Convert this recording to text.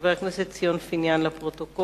חבר הכנסת ישראל חסון שאל את שר הביטחון ביום י"ח